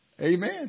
Amen